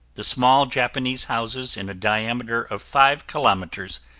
the small japanese houses in a diameter of five kilometers,